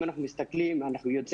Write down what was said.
גילאי